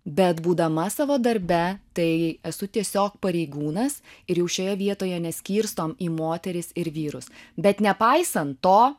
bet būdama savo darbe tai esu tiesiog pareigūnas ir jau šioje vietoje neskirstom į moteris ir vyrus bet nepaisant to